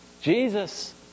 Jesus